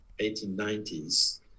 1890s